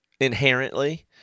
inherently